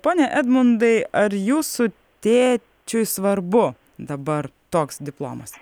pone edmundai ar jūsų tėčiui svarbu dabar toks diplomas